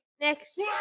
next